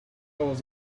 was